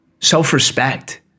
self-respect